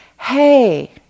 hey